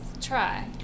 Try